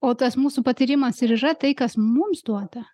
o tas mūsų patyrimas ir yra tai kas mums duota